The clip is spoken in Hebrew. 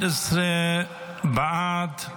11 בעד,